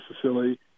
facility